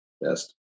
best